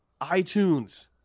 iTunes